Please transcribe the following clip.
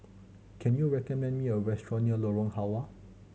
can you recommend me a restaurant near Lorong Halwa